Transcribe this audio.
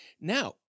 Now